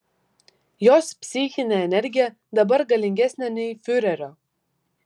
jos psichinė energija dabar galingesnė nei fiurerio